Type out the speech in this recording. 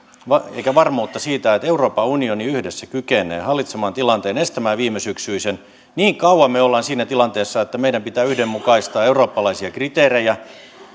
eikä varmuutta siitä että euroopan unioni yhdessä kykenee hallitsemaan tilanteen estämään viimesyksyisen niin kauan me olemme siinä tilanteessa että meidän pitää yhdenmukaistaa eurooppalaisia kriteerejä